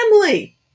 family